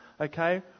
Okay